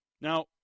Now